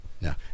No